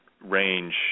range